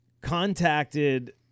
contacted